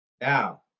Now